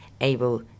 able